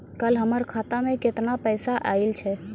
कल हमर खाता मैं केतना पैसा आइल छै?